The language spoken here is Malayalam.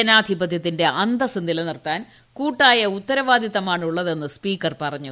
ജനാധിപത്യത്തിന്റെ അന്തസ്സ് നിലനിർത്താൻ കൂട്ടായ ഉത്തരവാദിത്തമാണുള്ളതെന്ന് സ്പീക്കർ പറഞ്ഞു